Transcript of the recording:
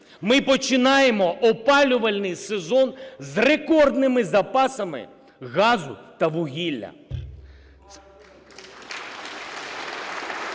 Ми починаємо опалювальний сезон з рекордними запасами газу та вугілля.